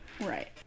Right